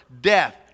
death